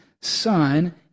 son